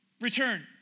return